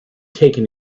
taken